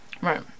Right